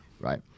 right